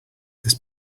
this